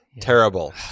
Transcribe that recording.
Terrible